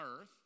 earth